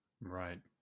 Right